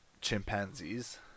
chimpanzees